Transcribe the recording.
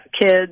kids